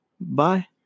Bye